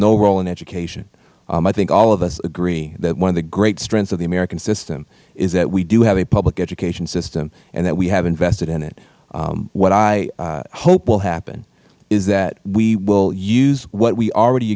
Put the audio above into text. no role in education i think all of us agree that one of the great strengths of the american system is that we do have a public education system and that we have invested in it what i hope will happen is that we will use what we already